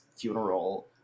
funeral